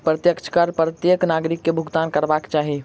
प्रत्यक्ष कर प्रत्येक नागरिक के भुगतान करबाक चाही